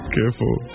Careful